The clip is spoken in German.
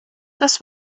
das